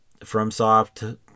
FromSoft